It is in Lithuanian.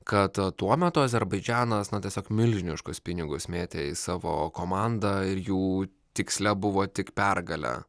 kad tuo metu azerbaidžanas na tiesiog milžiniškus pinigus mėtė į savo komandą ir jų tiksle buvo tik pergalė